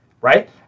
right